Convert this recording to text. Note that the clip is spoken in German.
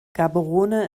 gaborone